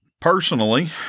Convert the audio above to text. Personally